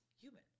human